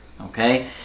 okay